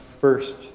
first